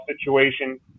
situation